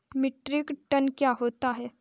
Metric ton क्या होता है?